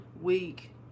week